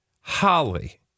Holly